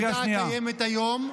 בוועדה הקיימת היום.